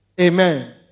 Amen